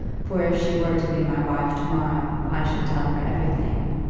for if she were to be my wife to-morrow i should tell her everything.